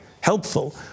helpful